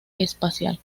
espacial